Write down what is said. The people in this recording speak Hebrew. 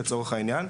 לצורך העניין.